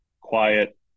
quiet